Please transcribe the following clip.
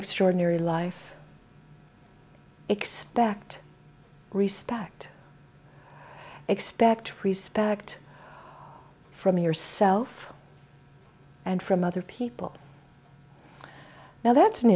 extraordinary life expect respect expect respect from yourself and from other people now that's an